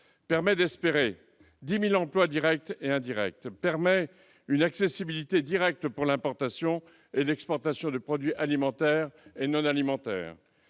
permet d'espérer 10 000 emplois directs et indirects, une accessibilité directe pour l'importation et l'exportation de produits alimentaires et non alimentaires,